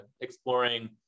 exploring